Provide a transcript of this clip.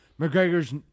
McGregor's